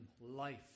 life